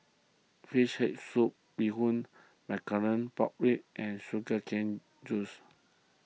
Fish Head Fruit Bee Hoon Blackcurrant Pork Ribs and Sugar Cane Juice